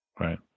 right